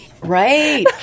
Right